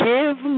Give